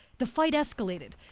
the fight escalated.